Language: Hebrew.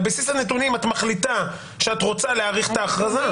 על בסיס הנתונים את מחליטה שאת רוצה להאריך את ההכרזה.